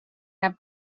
have